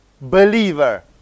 believer